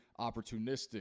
opportunistic